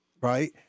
Right